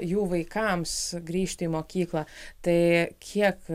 jų vaikams grįžti į mokyklą tai kiek